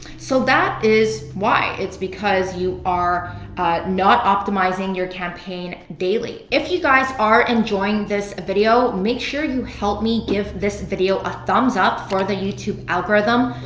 so that is why, it's because you are not optimizing your campaign daily. if you guys are enjoying this video, make sure you help me give this video a thumbs up for the youtube algorithm.